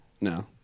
No